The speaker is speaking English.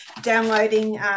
downloading